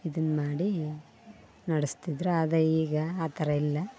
ಇದನ್ ಮಾಡಿ ನಡೆಸ್ತಿದ್ರು ಆದರೆ ಈಗ ಆ ಥರ ಇಲ್ಲ